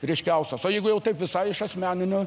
ryškiausias o jeigu jau taip visai iš asmeninių